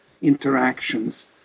interactions